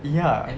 ya